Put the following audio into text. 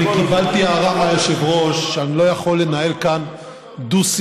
אני קיבלתי הערה מהיושב-ראש שאני לא יכול לנהל כאן דו-שיח,